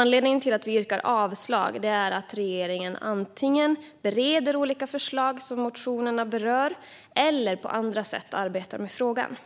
Anledningen till att vi yrkar avslag är att regeringen antingen bereder olika förslag som motionerna berör eller på andra sätt arbetar med frågorna.